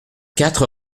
quatre